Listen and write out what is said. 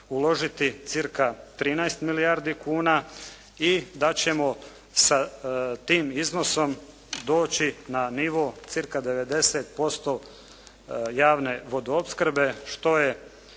uložiti cirka 13 milijardi kuna i da ćemo sa tim iznosom doći na nivo cirka 90% javne vodoopskrbe što je